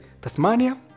Tasmania